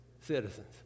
citizens